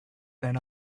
than